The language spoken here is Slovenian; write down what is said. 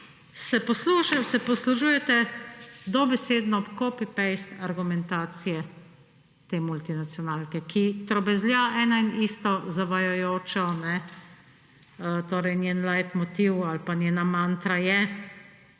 Zdaj se poslužujete dobesedno copy-paste argumentacije te multinacionalke, ki trobezlja eno in isto zavajajočo, torej njen laitmotiv ali pa njena mantra je,